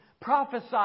Prophesy